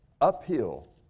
uphill